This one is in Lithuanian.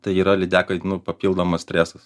tai yra lydekai nu papildomas stresas